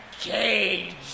cage